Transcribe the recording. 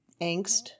angst